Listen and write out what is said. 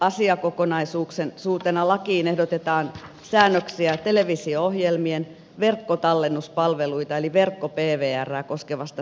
toisena asiakokonaisuutena lakiin ehdotetaan säännöksiä televisio ohjelmien verkkotallennuspalveluita eli verkko pvrää koskevasta sopimuslisenssistä